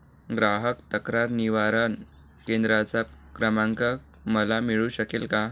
ग्राहक तक्रार निवारण केंद्राचा क्रमांक मला मिळू शकेल का?